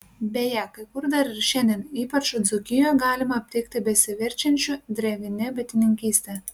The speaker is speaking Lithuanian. beje kai kur dar ir šiandien ypač dzūkijoje galima aptikti besiverčiančių drevine bitininkyste